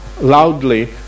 loudly